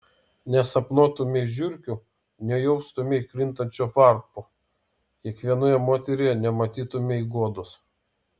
nesapnuotumei žiurkių nejaustumei krintančio varpo kiekvienoje moteryje nematytumei guodos